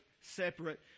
separate